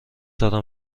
دارم